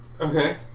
Okay